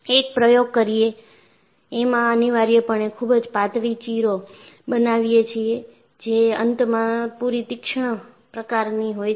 એક પ્રયોગ કરીએએમાં અનિવાર્યપણે ખૂબ જ પાતળી ચીરો બનાવીએ છીએ જે અંતમાં પૂરી તીક્ષ્ણ પ્રકારની હોય છે